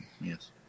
yes